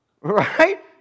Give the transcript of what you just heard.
Right